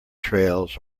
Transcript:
trails